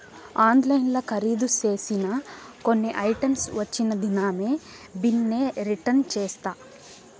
ఆన్లైన్ల కరీదు సేసిన కొన్ని ఐటమ్స్ వచ్చిన దినామే బిన్నే రిటర్న్ చేస్తా